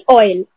oil